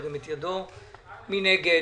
מי נגד?